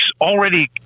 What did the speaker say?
already